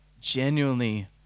genuinely